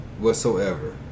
whatsoever